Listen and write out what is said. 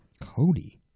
Cody